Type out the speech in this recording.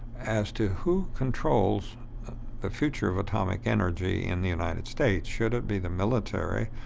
as to who controls the future of atomic energy in the united states. should it be the military?